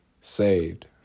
saved